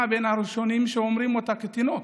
המילים הראשונות שאומרים אותה לתינוק.